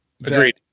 Agreed